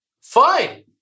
Fine